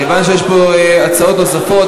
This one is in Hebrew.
כיוון שיש פה הצעות נוספות,